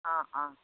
অঁ অঁ